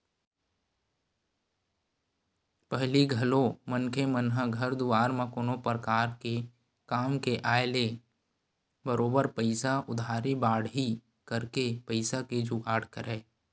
पहिली घलो मनखे मन ह घर दुवार म कोनो परकार के काम के आय ले बरोबर पइसा उधारी बाड़ही करके पइसा के जुगाड़ करय